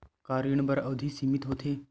का ऋण बर अवधि सीमित होथे?